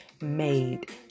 made